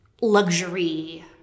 luxury